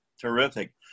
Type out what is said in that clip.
Terrific